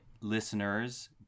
listeners